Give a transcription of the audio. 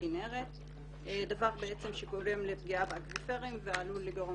דבר שגורם לפגיעה באקוויפרים ועלול לגרום